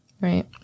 Right